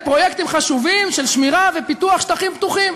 לפרויקטים חשובים של שמירה ופיתוח שטחים פתוחים: